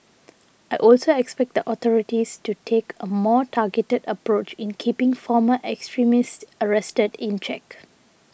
I also expect the authorities to take a more targeted approach in keeping former extremists arrested in check